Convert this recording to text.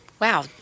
wow